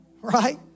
Right